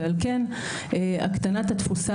ועל כן הקטנת התפוסה,